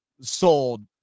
sold